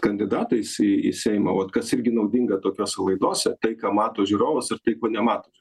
kandidatais į į seimą vat kas irgi naudinga tokiose laidose tai ką mato žiūrovas ir tai ko nemato